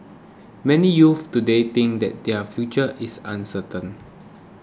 many youths today think that their future is uncertain